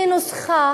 היא נוסחה